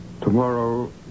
Tomorrow